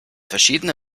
verschiedene